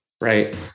right